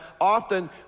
often